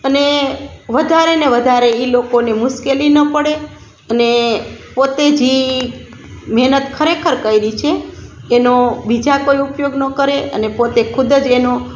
અને વધારેને વધારે એ લોકોની મુશ્કેલી ન પડે અને પોતે જે મહેનત ખરેખર કરી છે એનો બીજા કોઈ ઉપયોગ ન કરે અને પોતે ખુદ જ એનો